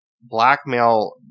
blackmail